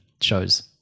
shows